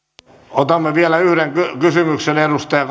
otamme vielä yhden kysymyksen edustaja